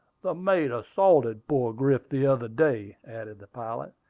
the mate assaulted poor griff the other day, added the pilot.